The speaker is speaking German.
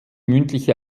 mündliche